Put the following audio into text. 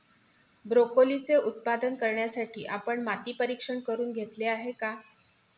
ब्रोकोलीचे उत्पादन करण्यासाठी आपण माती परीक्षण करुन घेतले आहे का?